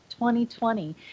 2020